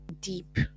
deep